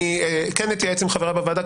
אני כן אתייעץ עם חבריי בוועדה,